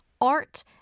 art